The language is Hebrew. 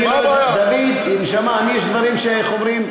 דוד, נשמה, יש דברים, איך אומרים?